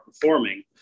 performing